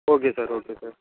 okay sir okay sir